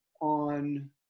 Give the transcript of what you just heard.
on